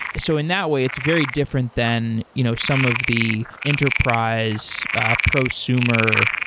so in that way, it's very different than you know some of the enterprise ah prosumer,